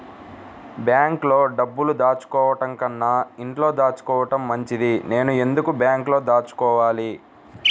బ్యాంక్లో డబ్బులు దాచుకోవటంకన్నా ఇంట్లో దాచుకోవటం మంచిది నేను ఎందుకు బ్యాంక్లో దాచుకోవాలి?